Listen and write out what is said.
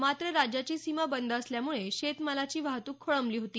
मात्र राज्याची सीमा बंद असल्यामुळे शेतमालाची वाहतूक खोळंबली होती